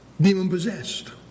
demon-possessed